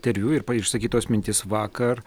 interviu ir ir išsakytos mintys vakar